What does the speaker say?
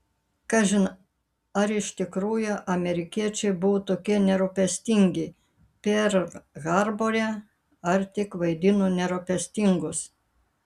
kažin ar iš tikrųjų amerikiečiai buvo tokie nerūpestingi perl harbore ar tik vaidino nerūpestingus